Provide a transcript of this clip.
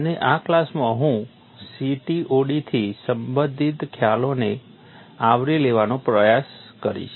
અને આ ક્લાસમાં હું CTOD થી સંબંધિત ખ્યાલોને આવરી લેવાનો પણ પ્રયાસ કરીશ